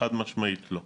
חד-משמעית לא.